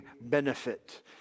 benefit